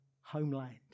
homeland